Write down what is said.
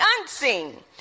unseen